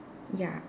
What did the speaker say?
ya